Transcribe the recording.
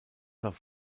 auf